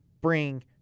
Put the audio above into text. bring